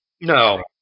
No